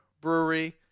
Brewery